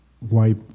wipe